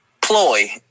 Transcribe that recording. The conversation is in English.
ploy